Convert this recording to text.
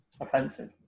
Offensive